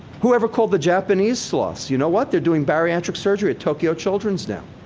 whoever called the japanese sloths? you know what? they're doing bariatric surgery at tokyo children's now.